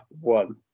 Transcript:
One